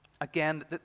again